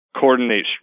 coordinate